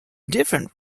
different